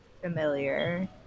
familiar